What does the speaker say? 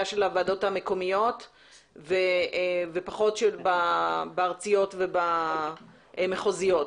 של הוועדות המקומיות ופחות בארציות ובמחוזיות.